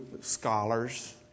scholars